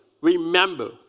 remember